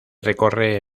recorre